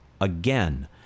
again